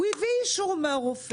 הוא הביא אישור מן הרופא.